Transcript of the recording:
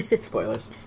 Spoilers